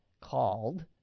called